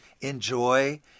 Enjoy